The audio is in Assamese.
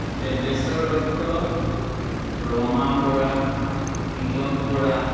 দেৱেশ্বৰ দত্ত ৰমা বৰা তিলক বৰা